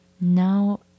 Now